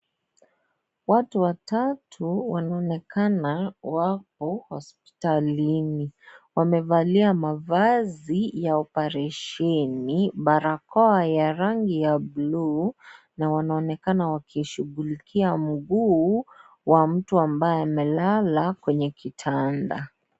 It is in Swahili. Watu watatu wanaonenakana wako hospitalini, wamevalia mavazi ya oparesheni, barakoa ya rangi ya buluu na wanaonekana wakishughulikia mguu ya mtu ambaye amelala kwenye kitanda.